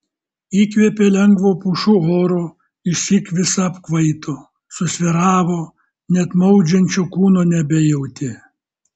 įkvėpė lengvo pušų oro išsyk visa apkvaito susvyravo net maudžiančio kūno nebejautė